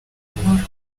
nkuru